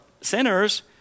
sinners